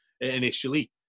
initially